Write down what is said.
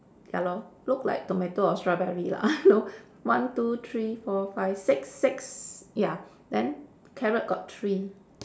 ya lor look like tomato or strawberry lah I don't know one two three four five six six ya then carrot got three